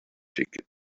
ticket